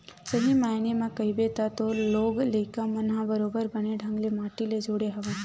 सही मायने म कहिबे त तोर लोग लइका मन ह बरोबर बने ढंग ले माटी ले जुड़े हवय